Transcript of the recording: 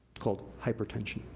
called hypertension